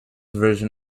version